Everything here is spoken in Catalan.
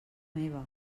meva